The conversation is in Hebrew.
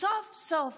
וסוף-סוף